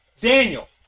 Daniel